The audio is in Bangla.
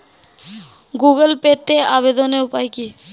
গুগোল পেতে আবেদনের উপায় কি?